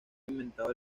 inventado